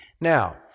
Now